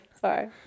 Sorry